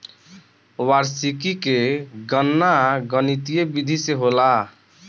वार्षिकी के गणना गणितीय विधि से होला